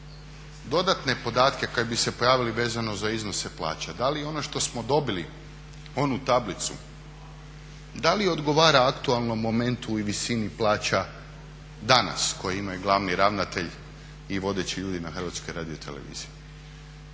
dodatne podatke koji bi se pojavili vezano za iznose plaća, da li ono što smo dobili onu tablicu, da li odgovara aktualnom momentu i visini plaća danas koju imaju glavni ravnatelj i vodeći ljudi na HRT-u. Pa bi se